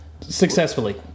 Successfully